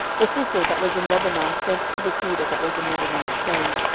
the thistle that was in lebanon sent to the cedar that was in lebanon, saying,